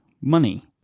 money